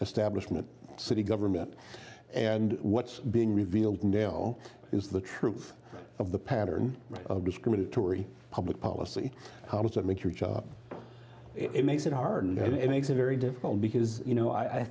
establishment city government and what's being revealed in dale is the truth of the pattern of discriminatory public policy how does that make your job it makes it hard and it makes it very difficult because you know i